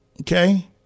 okay